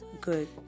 good